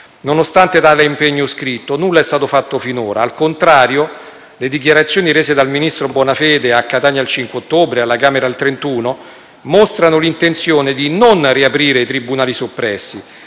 Nonostante tale impegno scritto, nulla è stato fatto finora. Al contrario, le dichiarazioni rese dal ministro Bonafede a Catania il 5 ottobre e alla Camera il 31 dello stesso mese mostrano l'intenzione di non riaprire i tribunali soppressi,